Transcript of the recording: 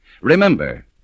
Remember